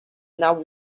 not